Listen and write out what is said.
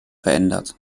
verändert